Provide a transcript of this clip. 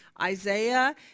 Isaiah